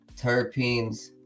terpenes